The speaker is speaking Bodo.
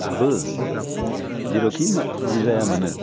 दाबो जेरावखि मा जि जायामानो